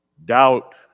doubt